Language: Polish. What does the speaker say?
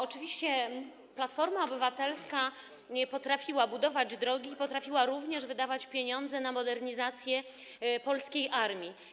Oczywiście Platforma Obywatelska potrafiła budować drogi i potrafiła również wydawać pieniądze na modernizację polskiej armii.